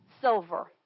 silver